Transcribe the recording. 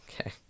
Okay